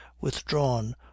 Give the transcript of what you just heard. withdrawn